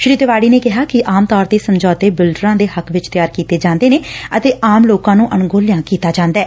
ਸ੍ਰੀ ਤਿਵਾਤੀ ਨੇ ਕਿਹਾ ਆਮ ਤੌਰ ਤੇ ਸਮਝੌਤੇ ਬਿਲਡਰਾ ਦੇ ਹੱਕ ਵਿਚ ਤਿਆਰ ਕੀਤੇ ਜਾਂਦੇ ਨੇ ਅਤੇ ਆਮ ਲੋਕਾ ਨੂੰ ਅਣਗੋਲਿਆ ਕੀਤਾ ਜਾਂਦੈ